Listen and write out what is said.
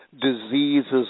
diseases